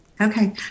Okay